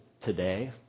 today